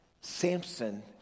Samson